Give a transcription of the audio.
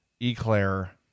eclair